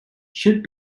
should